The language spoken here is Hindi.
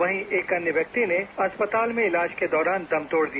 वहीं एक अन्य व्यक्ति ने अस्पताल में इलाज के दौरान दम तोड़ दिया